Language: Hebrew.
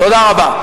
תודה רבה.